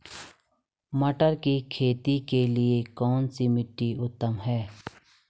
मटर की खेती के लिए कौन सी मिट्टी उत्तम है?